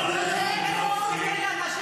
את האחרונה שיכולה לדבר.